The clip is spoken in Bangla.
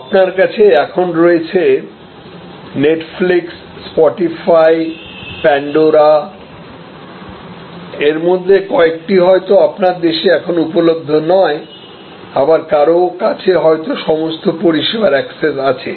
আপনার কাছে এখন রয়েছে নেটফ্লিক্স স্পটিফাই প্যান্ডোরা এরমধ্যে কয়েকটি হয়তো আপনার দেশে এখনও উপলভ্য নয় আবার কারও কাছে হয়তো সমস্ত পরিষেবার অ্যাক্সেস আছে